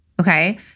Okay